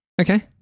Okay